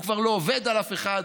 הוא כבר לא עובד על אף אחד.